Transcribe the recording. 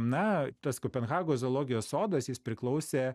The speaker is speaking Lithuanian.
na tas kopenhagos zoologijos sodas jis priklausė